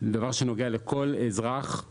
דבר שנוגע לכל אזרח;